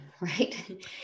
right